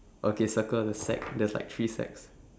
okay circle the sack there's like three sacks